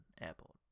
Airport